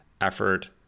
effort